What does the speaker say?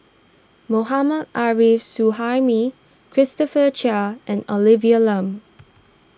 Mohammad Arif Suhaimi Christopher Chia and Olivia Lum